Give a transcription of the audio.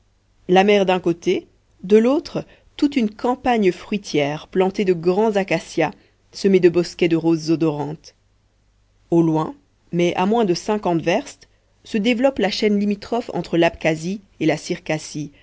la mer d'un côté de l'autre toute une campagne fruitière plantée de grands accacias semée de bosquets de roses odorantes au loin mais à moins de cinquante verstes se développe la chaîne limitrophe entre l'abkasie et la